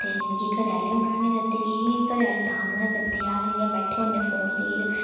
ते मिगी घरैआह्ले बी मना निं करदे कि घरैआह्ले तां मना करदे आखदे इं'या बैठे दे होने फोन लेइयै